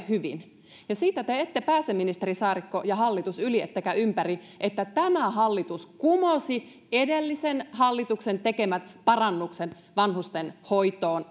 hyvin siitä te ette pääse ministeri saarikko ja hallitus yli ettekä ympäri että tämä hallitus kumosi edellisen hallituksen tekemät parannukset vanhustenhoitoon